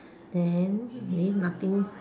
then eh nothing